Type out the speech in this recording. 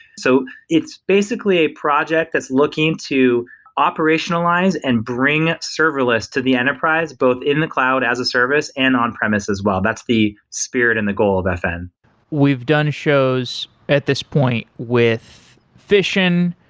so it's basically a project that's looking to operationalize and bring serverless to the enterprise, both in the cloud as a service and on-premise as well. that's the spirit and the goal of fn we've done shows at this point with fission,